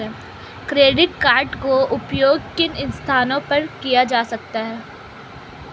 Credit card का उपयोग किन स्थानों पर किया जा सकता है?